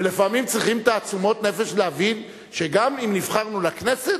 לפעמים צריכים תעצומות נפש להבין שגם אם נבחרנו לכנסת,